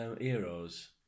heroes